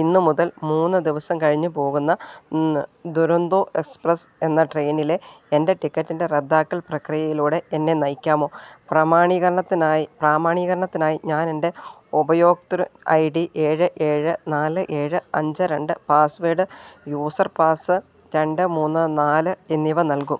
ഇന്നു മുതൽ മൂന്നു ദിവസം കഴിഞ്ഞ് പോകുന്ന ദുരന്തോ എക്സ്പ്രസ്സ് എന്ന ട്രെയിനിലെ എൻ്റെ ടിക്കറ്റിൻ്റെ റദ്ദാക്കൽ പ്രക്രിയയിലൂടെ എന്നെ നയിക്കാമോ പ്രമാണീകരണത്തിനായി പ്രാമാണീകരണത്തിനായി ഞാനെൻ്റെ ഉപയോക്തൃ ഐ ഡി ഏഴ് ഏഴ് നാല് ഏഴ് അഞ്ച് രണ്ട് പാസ്സ്വേഡ് യൂസർ പാസ് രണ്ട് മൂന്ന് നാല് എന്നിവ നൽകും